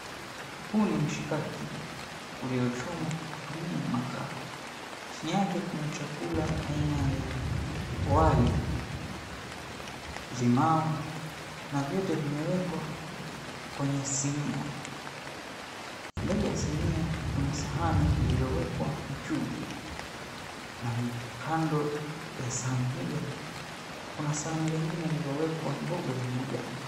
Hu ni mshikaki uliochomwa kutumia makaa chini yake kuna chakula aina ya wali, limau na vyote vimewekwa kwenye sinia. Kwenye sinia kuna sahani iliyowekwa mchuzi na kando ya sahani hilo kuna sahani lingine lilowekwa mboga za majani.